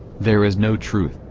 there is no truth.